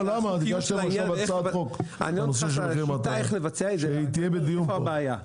הגשתם עכשיו הצעת חוק על הנושא של מחירי מטרה שתהיה בדיון פה.